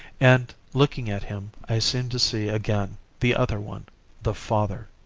and looking at him i seemed to see again the other one the father,